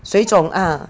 水肿 uh